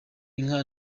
inka